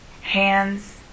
hands